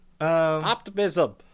Optimism